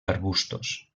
arbustos